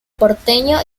porteño